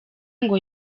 ngo